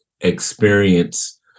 experience